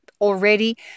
already